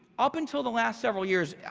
up until the last several years, yeah